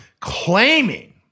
...claiming